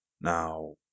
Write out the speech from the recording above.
Now